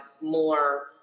more